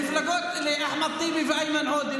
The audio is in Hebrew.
לאחמד טיבי ואיימן עודה,